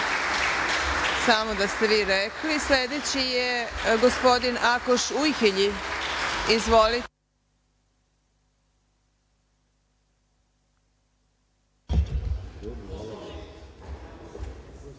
samo da ste vi rekli. Sledeći je gospodin Akoš Ujhelji. Izvinite,